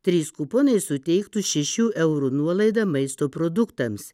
trys kuponai suteiktų šešių eurų nuolaidą maisto produktams